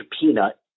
Peanut